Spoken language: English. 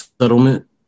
settlement